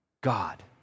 god